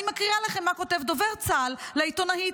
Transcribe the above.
אני מקריאה לכם מה כותב דובר צה"ל לעיתונאית,